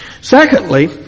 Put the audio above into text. Secondly